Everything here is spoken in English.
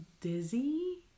dizzy